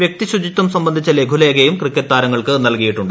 വൃക്തിശുചിത്വം സംബന്ധിച്ച ലഘുലേഖയും ക്രിക്കറ്റ് താരങ്ങൾക്ക് നൽകിയിട്ടുണ്ട്